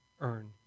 earn